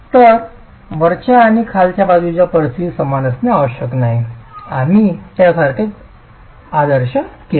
तर वरच्या आणि खालच्या बाजूच्या परिस्थितीत समान असणे आवश्यक नाही आम्ही त्यासारखेच आदर्श केले